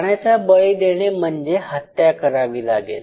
प्राण्याचा बळी देणे म्हणजे हत्या करावी लागेल